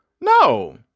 No